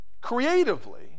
creatively